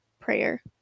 prayer